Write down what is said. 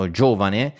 giovane